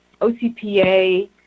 OCPA